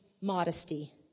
modesty